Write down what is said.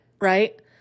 right